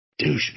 Douchebag